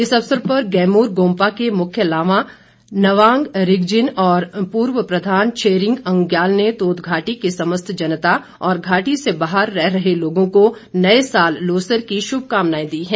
इस अवसर पर गेमूर गोम्पा के मुख्य लामा नवांग रिगजिन और पूर्व प्रधान छेरिंग अंज्ञाल ने तोद घाटी की समस्त जनता और घाटी से बाहर रह रहे लोगों को नए साल लोसर की शुभकामनाएं दी हैं